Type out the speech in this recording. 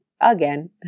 Again